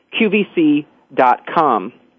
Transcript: qvc.com